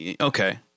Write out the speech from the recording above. okay